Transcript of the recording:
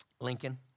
Lincoln